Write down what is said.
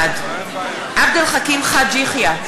בעד עבד אל חכים חאג' יחיא,